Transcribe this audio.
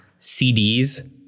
CDs